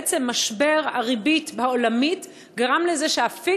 בעצם משבר הריבית העולמי גרם לזה שהאפיק